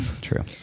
true